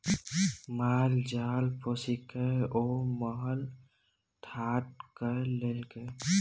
माल जाल पोसिकए ओ महल ठाढ़ कए लेलकै